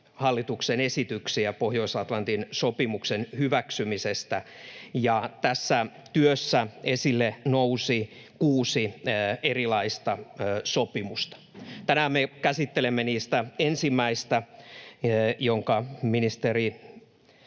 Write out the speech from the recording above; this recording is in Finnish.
hallituksen esityksiä Pohjois-Atlantin sopimuksen hyväksymisestä, ja tässä työssä esille nousi kuusi erilaista sopimusta. Tänään me käsittelemme niistä ensimmäistä, jonka ministeri